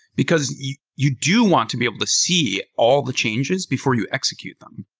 because you you do want to be able to see all the changes before you execute them,